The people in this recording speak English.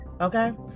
Okay